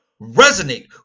resonate